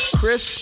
Chris